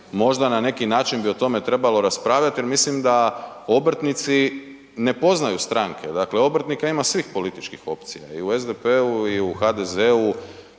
možda na neki način bi o tome trebalo raspravljati jer mislim da obrtnici ne poznaju stranke, dakle obrtnika ima svih političkih opcija, i u SDP-u i u HDZ-u